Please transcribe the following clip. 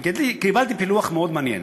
קיבלתי פילוח מאוד מעניין.